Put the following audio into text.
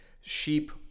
sheep